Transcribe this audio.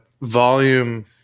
volume